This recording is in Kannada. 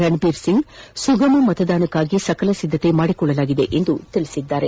ರಣಬೀರ್ ಸಿಂಗ್ ಸುಗಮವಾಗಿ ಮತದಾನ ನಡೆಸಲು ಸಕಲ ಸಿದ್ದತೆ ಮಾಡಿಕೊಳ್ಳಲಾಗಿದೆ ಎಂದು ತಿಳಿಸಿದ್ದಾರೆ